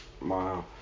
Wow